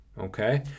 Okay